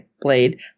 blade